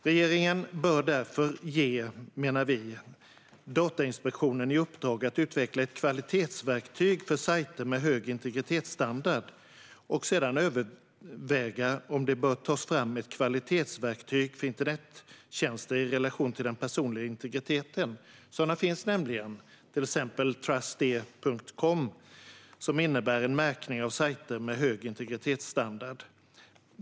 Regeringen bör, menar vi, ge Datainspektionen i uppdrag att utveckla ett kvalitetsverktyg för sajter med hög integritetsstandard och sedan överväga om det bör tas fram ett kvalitetsverktyg för internettjänster i relation till den personliga integriteten. Sådana finns nämligen, till exempel truste.com, som innebär en märkning av sajter med hög integritetsstandard.